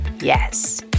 Yes